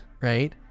right